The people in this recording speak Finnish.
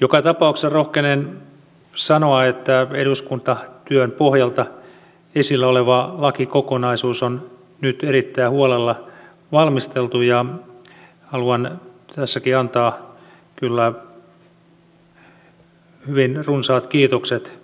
joka tapauksessa rohkenen sanoa että eduskuntatyön pohjalta esillä oleva lakikokonaisuus on nyt erittäin huolella valmisteltu ja haluan tässäkin antaa kyllä hyvin runsaat kiitokset